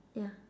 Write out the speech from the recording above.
ya